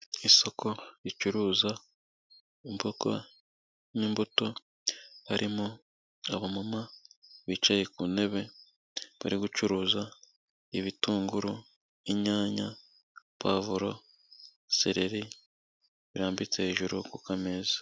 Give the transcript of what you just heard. Isoko ricuruza imboga n'imbuto, harimo abamama bicaye ku ntebe bari gucuruza ibitunguru, inyanya, pavuro, sereri, birambitse hejuru ku meza.